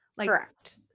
Correct